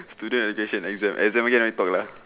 student education exam exam again I talk lah